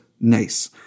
nice